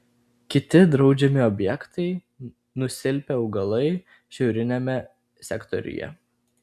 kiti draudžiami objektai nusilpę augalai šiauriniame sektoriuje